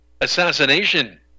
assassination